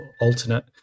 alternate